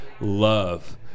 love